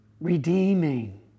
redeeming